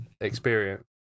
experience